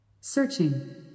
Searching